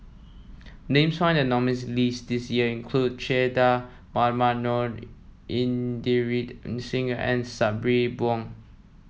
names found in the nominees' list this year include Che Dah Mohamed Noor Inderjit Singh and Sabri Buang